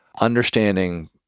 understanding